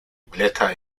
blätter